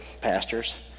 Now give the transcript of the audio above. pastors